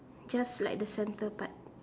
just like the center part